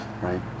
right